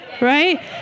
right